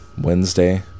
Wednesday